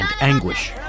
anguish